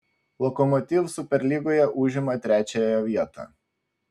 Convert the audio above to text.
lokomotiv superlygoje užima trečiąją vietą